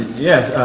yes.